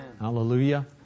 Hallelujah